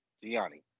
Gianni